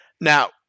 Now